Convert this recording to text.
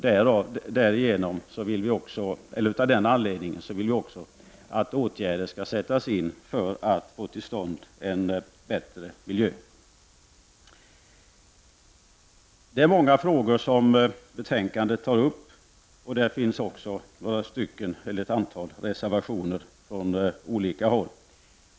Därför vill vi att man sätter in åtgärder för att få till stånd en bättre miljö. Betänkandet tar upp många frågor. Där finns också ett antal reservationer från olika håll.